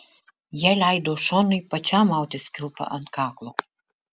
jie leido šonui pačiam mautis kilpą ant kaklo